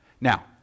now